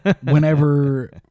whenever